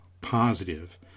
positive